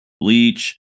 Bleach